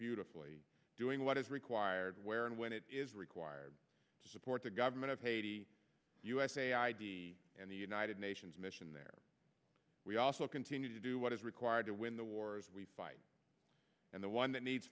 beautifully doing what is required where and when it is required to support the government of haiti usa id and the united nations mission there we also continue to do what is required to win the wars we fight and the one that needs